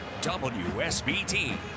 WSBT